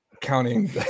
counting